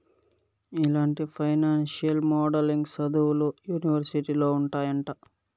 ఇలాంటి financial modelling సదువులు యూనివర్సిటీలో ఉంటాయంట